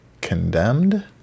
condemned